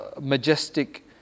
Majestic